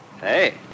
Hey